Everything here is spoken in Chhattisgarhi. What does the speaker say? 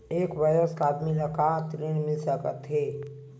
एक वयस्क आदमी ल का ऋण मिल सकथे?